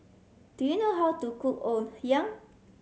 do you know how to cook Ngoh Hiang